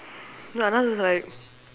no was like